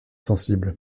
sensibles